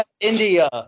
India